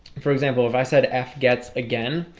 for example if i said f gets again